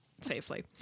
safely